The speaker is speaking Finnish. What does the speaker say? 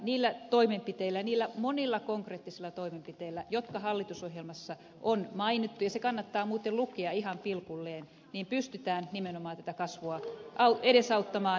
niillä toimenpiteitä niillä monilla konkreettisilla toimenpiteillä jotka hallitusohjelmassa on mainittu ja se kannattaa muuten lukea ihan pilkulleen pystytään nimenomaan kasvua edesauttamaan ja työllisyyttä parantamaan